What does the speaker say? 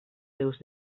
seus